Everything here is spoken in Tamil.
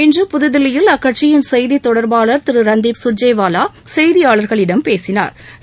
இன்று புதுதில்லியில் அக்கட்சியின் செய்தி தொடர்பாள திரு ரன்தீப் சுர்ஜிவாலா செய்தியாளர்களிடம் பேசினாா்